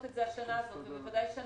את זה השנה הזאת ובוודאי בשנה הבאה.